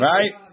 Right